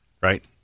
Right